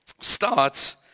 starts